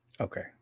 Okay